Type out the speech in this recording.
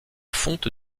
fonte